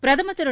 பிரதமர் திரு